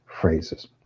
phrases